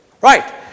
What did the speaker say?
Right